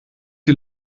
die